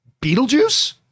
Beetlejuice